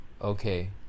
okay